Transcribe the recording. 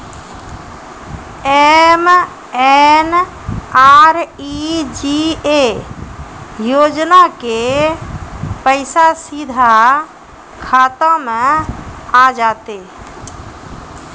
MNREGA योजना के पैसा सीधा खाता मे आ जाते?